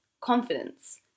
confidence